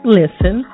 listen